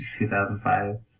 2005